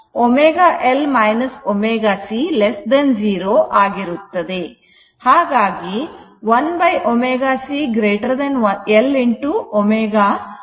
ಹಾಗಾಗಿ 1 ω c L ω t ಅಂದರೆ Xc XL ಗಿಂತ ದೊಡ್ಡದಾಗಿರುತ್ತದೆ